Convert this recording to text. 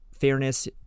fairness